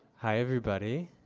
hi, everybody.